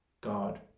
God